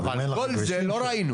כן, אבל את כל זה לא ראינו.